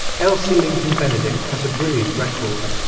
elsie lincoln benedict has a brilliant record.